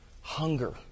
hunger